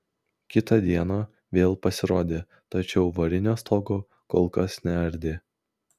kitą dieną vėl pasirodė tačiau varinio stogo kol kas neardė